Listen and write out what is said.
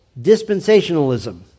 dispensationalism